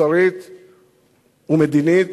מוסרית ומדינית,